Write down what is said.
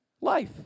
life